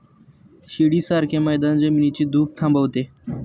शिडीसारखे मैदान जमिनीची धूप थांबवते